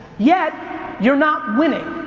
yet you're not winning.